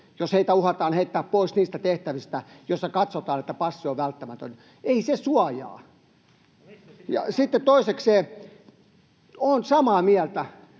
jos heitä uhataan heittää pois niistä tehtävistä, joissa katsotaan, että passi on välttämätön? Ei se suojaa. [Välihuuto] Ja sitten toisekseen, olen samaa mieltä